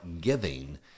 giving